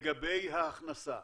לגבי ההכנסה